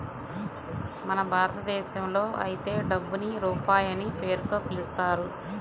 మన భారతదేశంలో అయితే డబ్బుని రూపాయి అనే పేరుతో పిలుస్తారు